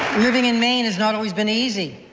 living in maine has not always been easy.